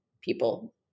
people